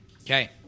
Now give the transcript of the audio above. Okay